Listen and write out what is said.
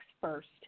first